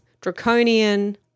draconian